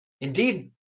Indeed